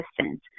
Assistance